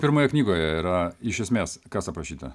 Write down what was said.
pirmoje knygoje yra iš esmės kas aprašyta